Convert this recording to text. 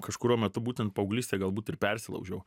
kažkuriuo metu būtent paauglystėj galbūt ir persilaužiau